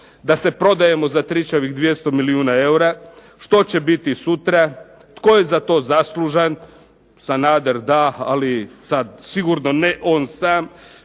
da se prodajemo za tričavih 200 milijuna eura. Što će biti sutra? Tko je za to zaslužan? Sanader da, ali sad sigurno ne on sam.